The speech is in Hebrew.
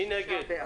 מי נגד?